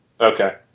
Okay